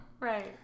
Right